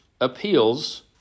appeals